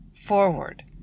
forward